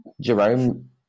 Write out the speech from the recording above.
Jerome